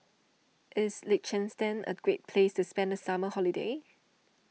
is Liechtenstein a great place to spend the summer holiday